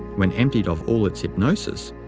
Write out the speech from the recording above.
when emptied of all its hypnosis,